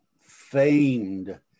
famed